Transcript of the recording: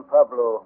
Pablo